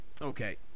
Okay